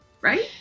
Right